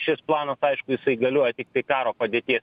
šis plano aišku jisai galioja tiktai karo padėties